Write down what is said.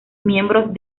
miembros